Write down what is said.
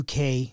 UK